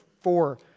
four